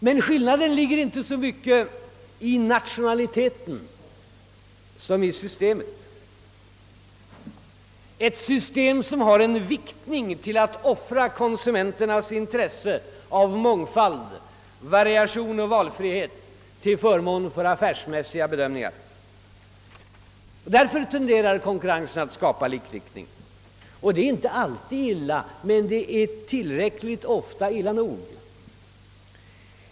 Men skillnaden ligger inte så mycket i nationaliteten som i systemet, ett system som har en tendens att offra konsumenternas intresse av mångfald, variationer och valfrihet till förmån för affärsmässiga bedömningar. Därför tenderar konkurrensen att skapa likriktning. Och det är inte alltid illa, men det är tillräckligt ofta illa nog.